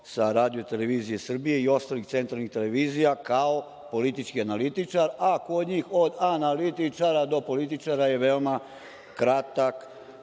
10 godina nije skidao sa RTS i ostalih centralnih televizija kao politički analitičar, a kod njih od analitičara do političara je veoma kratak